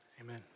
amen